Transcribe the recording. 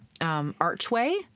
archway